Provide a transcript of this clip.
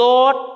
Lord